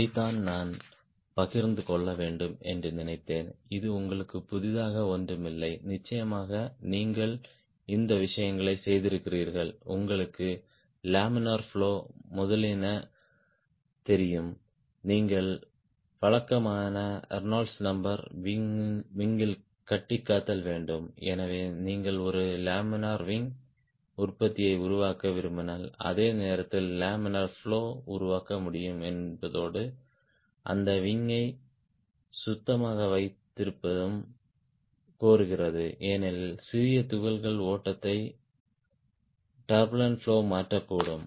இதைத்தான் நான் பகிர்ந்து கொள்ள வேண்டும் என்று நினைத்தேன் இது உங்களுக்கு புதிதாக ஒன்றும் இல்லை நிச்சயமாக நீங்கள் இந்த விஷயங்களைச் செய்திருக்கிறீர்கள் உங்களுக்கு லேமினார் பிளோ முதலியன தெரியும் நீங்கள் வழக்கமான Reynolds number Reynolds number wing யில் கட்டிக்காத்தல் வேண்டும் எனவே நீங்கள் ஒரு லேமினார் விங் உற்பத்தியை உருவாக்க விரும்பினால் அதே நேரத்தில் லேமினார் பிளோ உருவாக்க முடியும் என்பதோடு அந்த விங் யை சுத்தமாக வைத்திருப்பதும் கோருகிறது ஏனெனில் சிறிய துகள்கள் ஓட்டத்தை துர்புலென்ட் பிளோ மாற்றக்கூடும்